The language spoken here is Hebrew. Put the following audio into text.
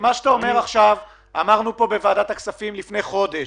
את מה שאתה אומר עכשיו אמרנו פה בוועדת הכספים לפני חודש.